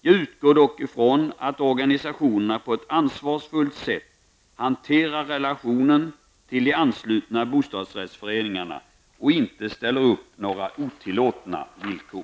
Jag utgår dock ifrån att organisationerna på ett ansvarsfullt sätt hanterar relationen till de anslutna bostadsrättsföreningarna och inte ställer upp några otillåtna villkor.